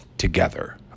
together